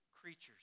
creatures